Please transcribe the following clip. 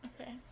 Okay